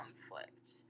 conflict